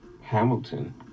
Hamilton